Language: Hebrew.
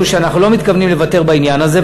שאנחנו לא מתכוונים לוותר בעניין הזה,